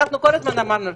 אנחנו כל הזמן אמרנו לך,